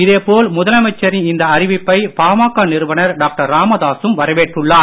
இதே போல் முதலமைச்சரின் இந்த அறிவிப்பை பாமக நிறுவனர் டாக்டர் ராமதாசும் வரவேற்றுள்ளார்